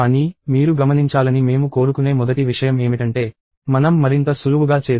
కానీ మీరు గమనించాలని మేము కోరుకునే మొదటి విషయం ఏమిటంటే మనం మరింత సులువుగా చేద్దాం